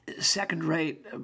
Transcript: second-rate